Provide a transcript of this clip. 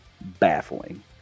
baffling